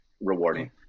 rewarding